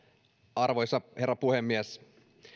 arvoisa herra puhemies